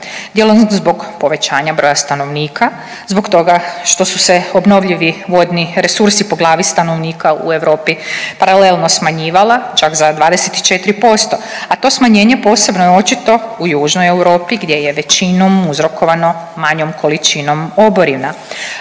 dijelom zbog povećanja broja stanovnika, zbog toga što su se obnovljivi vodni resursi po glavi stanovnika u Europi paralelno smanjivala čak za 24%, a to smanjenje posebno je očito u južnoj Europi gdje je većinom uzrokovano manom količinom oborina.